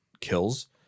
kills